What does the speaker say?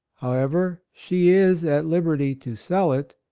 however, she is at liberty to sell it,